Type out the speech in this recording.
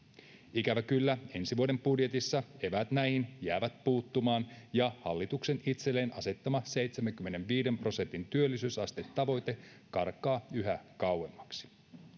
ikävä kyllä ensi vuoden budjetissa eväät näihin jäävät puuttumaan ja hallituksen itselleen asettama seitsemänkymmenenviiden prosentin työllisyysastetavoite karkaa yhä kauemmaksi